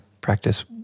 practice